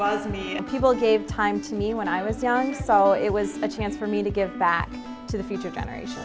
was me people gave time to me when i was young so it was a chance for me to give back to the future generation